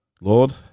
Lord